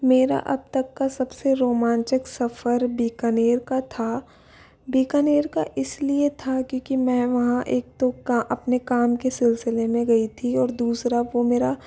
मेरा अब तक का सबसे रोमांचक सफर बीकानेर का था बीकानेर का इसलिए था क्योंकि मैं वहाँ एक तो का अपने काम के सिलसिले मे गई थी और दूसरा वो मेरा